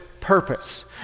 purpose